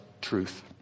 truth